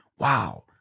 Wow